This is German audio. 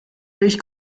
milch